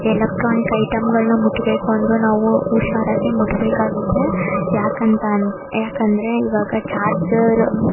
electronic ಐಟಮ್ಗಳನ್ನ ಮುಟ್ಟಬೇಕು ಅಂದರು ನಾವು ಹುಷಾರಾಗೆ ಮುಟ್ಟಬೇಕಾಗುತ್ತೆ ಯಾಕಂತ ಅಂತ ಯಾಕೆಂದರೆ ಇವಾಗ ಚಾರ್ಜರ್